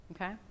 okay